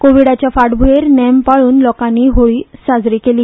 कोविडाच्या फाटभुयेर नेम पाळुन लोकानी होळी साजरी केली